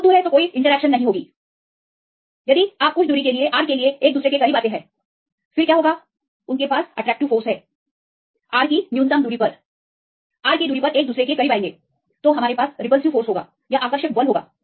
बहुत दूर तो कोई इंटरेक्शन नहीं यह बहुत दूर है जब आप कुछ दूरी R के लिए एक दूसरे के करीब आते हैं फिर क्या होगा उनके पास आकर्षक बल है R की न्यूनतम दूरी पर R की दूरी पर एक दूसरे के करीब आएंगे हमारे पास आकर्षक बल होगा